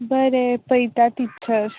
बरें पयता टिचर